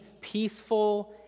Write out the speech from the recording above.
peaceful